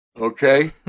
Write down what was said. Okay